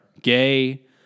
gay